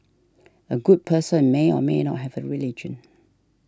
a good person may or may not have a religion